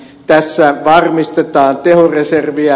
tässä valmistetaan biology servia